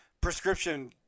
prescription